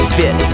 fit